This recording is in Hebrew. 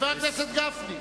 חבר הכנסת גפני.